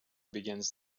begins